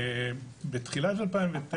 בתחילת 2009,